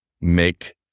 make